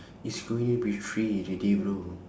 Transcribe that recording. it's going to be three already bro